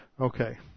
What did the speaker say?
Okay